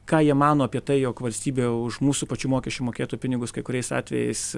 ką jie mano apie tai jog valstybė už mūsų pačių mokesčių mokėtojų pinigus kai kuriais atvejais